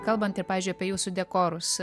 kalbant ir pavyzdžiui apie jūsų dekorus